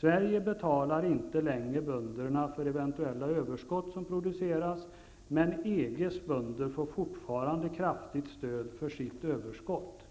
Sverige betalar inte längre bönderna för eventuella överskott som produceras. Men EG:s bönder får fortfarande kraftigt stöd för sitt överskott. --